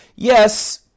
Yes